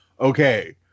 Okay